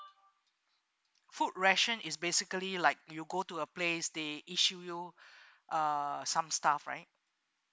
food ration is basically like you go to the place they issue you uh some stuff right